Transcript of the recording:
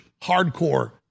hardcore